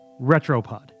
Retropod